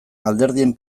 alderdien